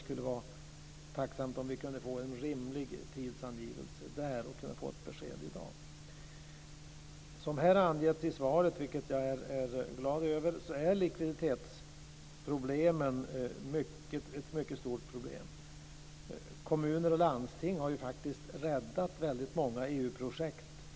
Jag vore tacksam att få besked om en rimlig tidsangivelse i dag. Som angetts i svaret, vilket jag är glad över, är likviditetsproblemen mycket stora. Kommuner och landsting har hittills faktiskt räddat väldigt många EU-projekt.